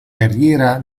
carriera